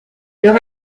leur